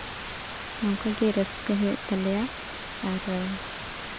ᱱᱚᱝᱠᱟ ᱜᱮ ᱨᱟᱹᱥᱠᱟᱹ ᱦᱩᱭᱩᱜ ᱛᱟᱞᱮᱭᱟ ᱟᱨ